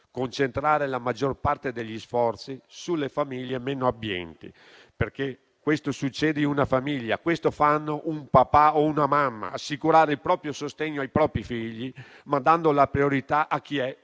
concentrare la maggior parte degli sforzi sulle famiglie meno abbienti, perché questo succede in una famiglia; questo fanno un papà o una mamma: assicurare il proprio sostegno ai propri figli, ma dando la priorità a chi è